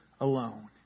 alone